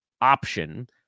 option